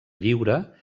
lliure